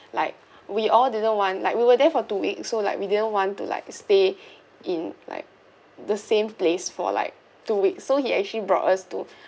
like we all didn't want like we were there for two weeks so like we didn't want to like stay in like the same place for like two weeks so he actually brought us to